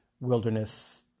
wilderness